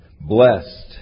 blessed